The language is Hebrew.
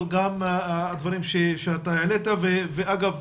אבל גם הדברים שאתה העלית ואגב,